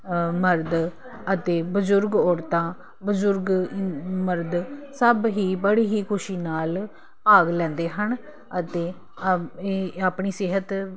ਮਰਦ ਅਤੇ ਬਜ਼ੁਰਗ ਔਰਤਾਂ ਬਜ਼ੁਰਗ ਮ ਮਰਦ ਸਭ ਹੀ ਬੜੀ ਹੀ ਖੁਸ਼ੀ ਨਾਲ ਭਾਗ ਲੈਂਦੇ ਹਨ ਅਤੇ ਇਹ ਆਪਣੀ ਸਿਹਤ